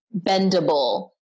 bendable